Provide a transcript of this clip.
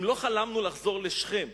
אם לא חלמנו לחזור לשכם,